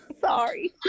Sorry